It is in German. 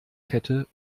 kette